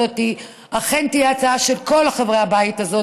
הזאת אכן תהיה הצעה של כל חברי הבית הזה,